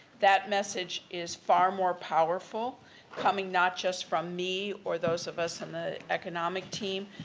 that message is far more powerful coming not just from me or those of us on the economic team,